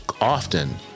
often